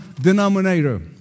denominator